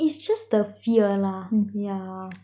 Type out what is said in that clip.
it's just the fear lah yeah